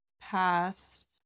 past